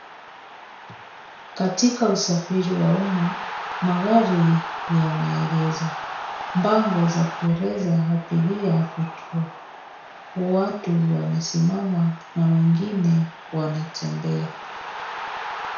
Katika usafiri wa umma magari yameegezwa. Bango za kueleza abiria vituo. Watu wamesimama na wengine wanatembea.